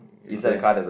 is there